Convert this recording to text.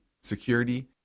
security